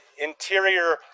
interior